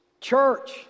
Church